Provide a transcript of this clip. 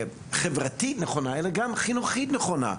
חברתית נכונה, אלא גם מדיניות חינוכית נכונה.